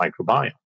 microbiome